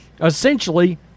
essentially